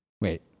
Wait